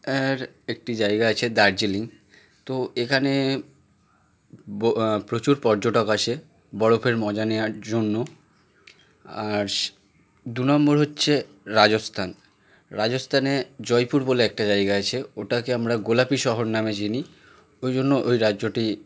এর একটি জায়গা আছে দার্জিলিং তো এখানে প্রচুর পর্যটক আসে বরফের মজা নেওয়ার জন্য আর দু নম্বর হচ্ছে রাজস্থান রাজস্থানে জয়পুর বলে একটা জায়গা আছে ওটাকে আমরা গোলাপি শহর নামে চিনি ওই জন্য ওই রাজ্যটি